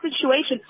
situation